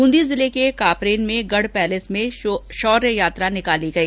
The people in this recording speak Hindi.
बूंदी जिले के कापरेन में गढ पैलेस में शौर्य यात्रा निकाली गई